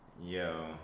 Yo